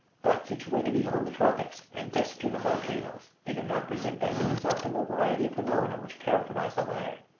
but, situated beyond the tropics, and destitute of volcanoes, they do not present that inexhaustible variety of phenomena which characterizes the latter.